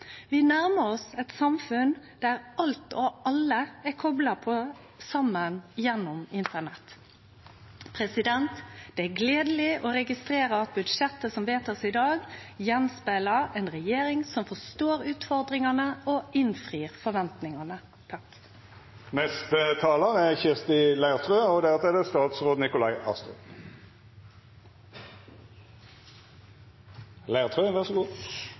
Vi nærmar oss eit samfunn der alt og alle er kopla saman gjennom internett. Det er gledeleg å registrere at budsjettet som blir vedteke i dag, speglar ei regjering som forstår utfordringane og innfrir forventningane.